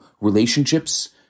relationships